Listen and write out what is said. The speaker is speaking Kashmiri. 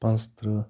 پانٛژھ تٕرٛہ